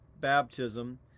baptism